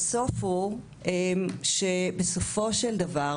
הסוף הוא שבסופו של דבר,